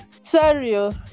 sorry